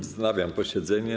Wznawiam posiedzenie.